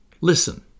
listen